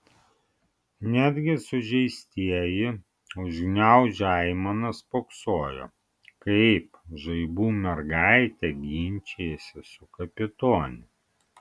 netgi sužeistieji užgniaužę aimanas spoksojo kaip žaibų mergaitė ginčijasi su kapitone